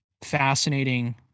fascinating